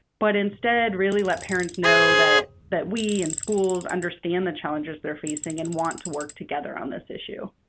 but instead really let parents know that that we, in schools, understand the challenges they're facing and want to work together on this issue.